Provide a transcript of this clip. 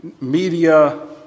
media